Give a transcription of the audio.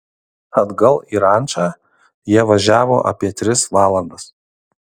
atgal į rančą jie važiavo apie tris valandas